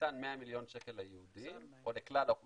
כשניתן 100 מיליון שקל לכלל האוכלוסייה,